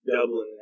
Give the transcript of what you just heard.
Dublin